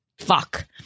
Fuck